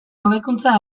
hobekuntza